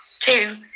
two